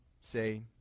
say